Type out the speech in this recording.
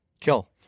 Kill